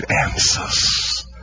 answers